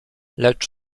lecz